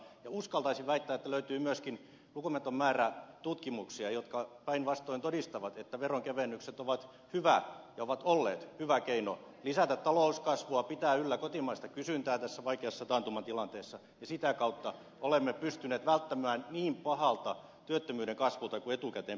ja uskaltaisin väittää että löytyy myöskin lukematon määrä tutkimuksia jotka päinvastoin todistavat että veronkevennykset ovat hyvä ja ovat olleet hyvä keino lisätä talouskasvua pitää yllä kotimaista kysyntää tässä vaikeassa taantumatilanteessa ja sitä kautta olemme pystyneet välttymään niin pahalta työttömyyden kasvulta kuin etukäteen pelkäsimme